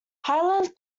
highland